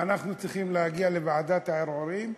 ואנחנו צריכים להגיע לוועדת הערעורים.